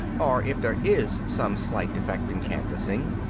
or if there is some slight defect in canvassing,